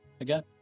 again